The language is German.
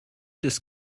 des